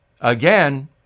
Again